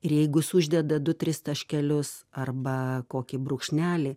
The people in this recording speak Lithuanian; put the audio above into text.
ir jeigu uždeda du tris taškelius arba kokį brūkšnelį